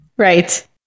Right